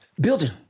building